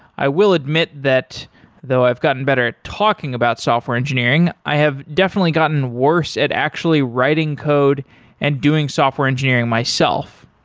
i will admit that though i've gotten better at talking about software engineering, i have definitely gotten worse at actually writing code and doing software engineering myself.